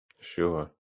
Sure